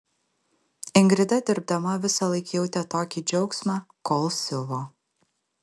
ingrida dirbdama visąlaik jautė tokį džiaugsmą kol siuvo